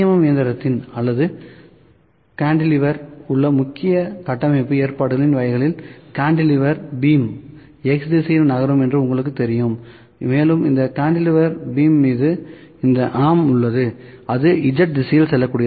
M இயந்திரம் அல்லது கான்டிலீவரில் உள்ள முக்கிய கட்டமைப்பு ஏற்பாடுகளின் வகைகளில் கான்டிலீவர் பீம் X திசையில் நகரும் என்று உங்களுக்குத் தெரியும் மேலும் இந்த கான்டிலீவர் பீம் மீது இந்த ஆர்ம் உள்ளது அது Z திசையில் செல்லக்கூடியது